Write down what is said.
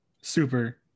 Super